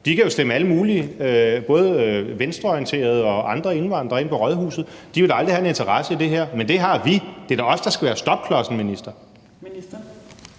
de kan jo stemme alle mulige både venstreorienterede og andre indvandrere ind på rådhuset, og de vil da aldrig have en interesse i det her. Men det har vi, det er da os, der skal være stopklodsen, minister.